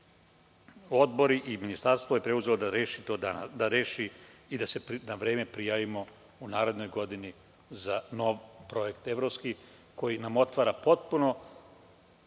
Odbori i Ministarstvo je preuzelo da to reši i da se na vreme prijavimo u narednoj godini za novi evropski projekat, koji nam otvara potpuno